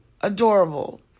Adorable